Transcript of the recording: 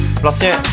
Vlastně